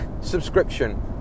subscription